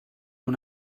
una